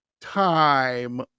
time